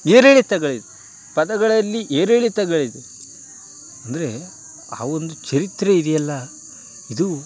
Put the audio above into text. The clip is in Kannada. ಏರಿಳಿತಗಳಿದೆ ಪದಗಳಲ್ಲಿ ಏರಿಳಿತಗಳಿದೆ ಅಂದರೆ ಆ ಒಂದು ಚರಿತ್ರೆ ಇದೆಯಲ್ಲ ಇದು